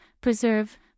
preserve